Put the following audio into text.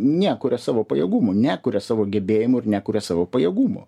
nekuria savo pajėgumų nekuria savo gebėjimų ir nekuria savo pajėgumo